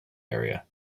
area